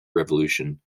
revolution